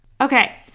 okay